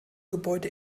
gebäude